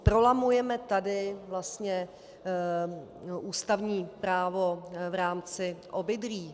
Prolamujeme tady vlastně ústavní právo v rámci obydlí.